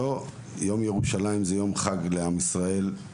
יום ירושלים זה הוא יום חג לעם ישראל.